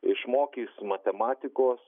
išmokys matematikos